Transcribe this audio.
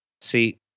See